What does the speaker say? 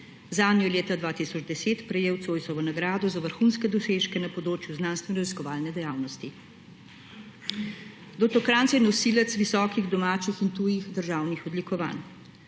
Zanjo je leta 2010 prejel Zoisovo nagrado za vrhunske dosežke na področju znanstvenoraziskovalne dejavnosti. Dr. Krajnc je nosilec visokih domačih in tujih državnih odlikovanj: